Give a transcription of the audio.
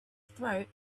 throat